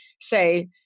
say